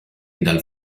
dal